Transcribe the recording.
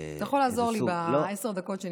אתה יכול לעזור לי בעשר דקות שנשארו לי.